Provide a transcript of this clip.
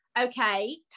okay